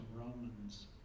Romans